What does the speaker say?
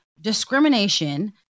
discrimination